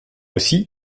aussi